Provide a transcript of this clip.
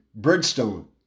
Bridgestone